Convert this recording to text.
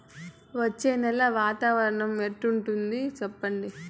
వచ్చే నెల వాతావరణం ఎట్లుంటుంది చెప్పండి?